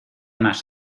más